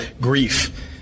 grief